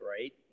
right